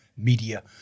media